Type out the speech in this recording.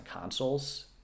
consoles